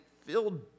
filled